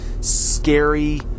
Scary